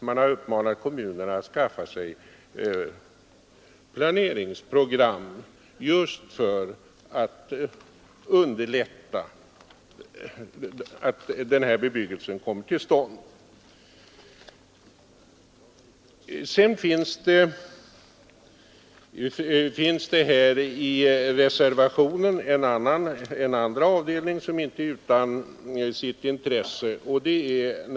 Man har uppmanat kommunerna att skaffa sig planeringsprogram just för att underlätta att den här typen av bebyggelse kommer till stånd. Sedan finns det i reservationen 1 en andra avdelning, som inte är utan sitt intresse.